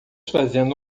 fazendo